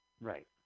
Right